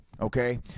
Okay